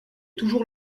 toujours